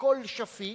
הכול שפיט,